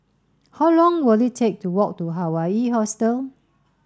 how long will it take to walk to Hawaii Hostel